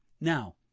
Now